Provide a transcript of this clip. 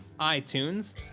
iTunes